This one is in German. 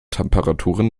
temperaturen